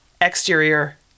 exterior